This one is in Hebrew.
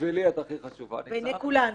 בשבילי את הכי חשובה, ניצן -- בעיני כולנו.